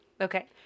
Okay